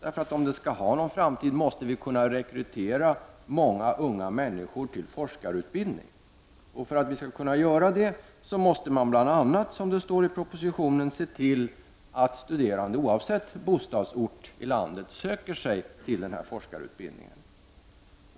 Skall den ha någon framtid måste vi kunna rekrytera många unga människor till forskarutbildningen. För att vi skall kunna göra det måste man bl.a., som det står i propositionen, se till att studerande oavsett bostadsort i landet söker sig till forskarutbildningen.